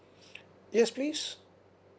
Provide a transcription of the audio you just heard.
yes please